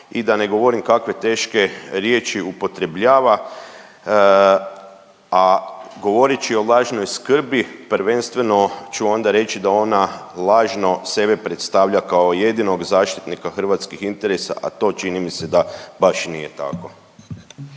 i da ne govorim kakve teške riječi upotrebljava, a govoreći o važnoj skrbi prvenstveno ću onda reći da ona lažno sebe predstavlja kao jedinog zaštitnika hrvatskih interesa, a to čini mi se da baš nije tako.